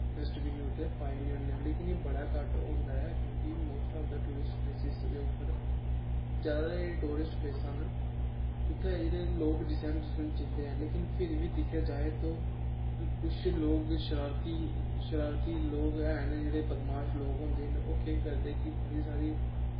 dustbin उत्थें पाई ओड़ने होने आं लेकिन एह् बड़ा घट्ट होंदा ऐ क्योंकि most of the tourist places उप्पर जादा टूरिस्ट प्लेसां न उत्थें जेह्के लोग डिसेंड डसुंड जंदे न लेकिन फिर बी दिक्खेआ जाए तो कुछ लोग शरारती शरारती लोग हैन जेह्ड़े बदमाश लोग होंदे न ओह् केह् करदे कि बड़ी सारी